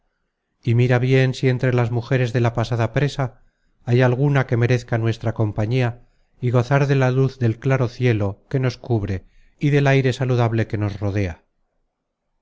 y mira bien si entre las mujeres de la pasada presa hay alguna que merezca nuestra compañía y gozar de la luz del claro cielo que nos cubre y del aire saludable que nos rodea